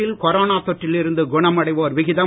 நாட்டில் கொரோனா தொற்றில் இருந்து குணமடைவோர் விகிதம்